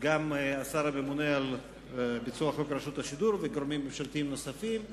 השר הממונה על ביצוע חוק רשות השידור ועם גורמים ממשלתיים נוספים,